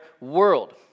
world